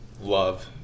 Love